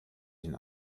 den